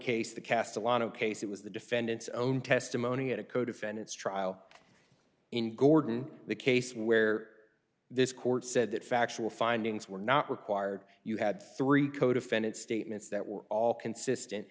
case the cast a lot of case it was the defendant's own testimony at a co defendants trial in gordon the case where this court said that factual findings were not required you had three co defendants statements that were all consistent